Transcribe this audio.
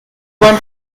bahn